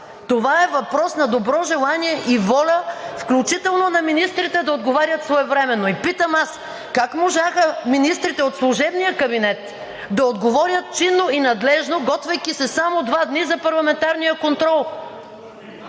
Това е въпрос на добро желание и воля, включително и на министрите да отговорят своевременно. Питам аз: как можаха министрите от служебния кабинет да отговорят чинно и надлежно, готвейки се само два дни за парламентарния контрол?